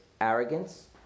arrogance